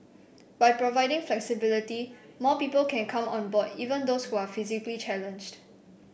by providing flexibility more people can come on board even those who are physically challenged